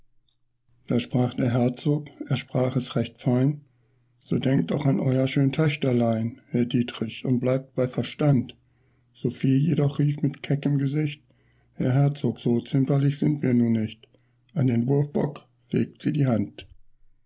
da sprach der herzog er sprach es recht fein so denkt doch an euer schön töchterlein herr dietrich und bleibt bei verstand sophiee jedoch rief mit keckem gesicht herr herzog so zimperlich sind wir nun nicht an den wurfbock legt sie die hand